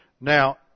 Now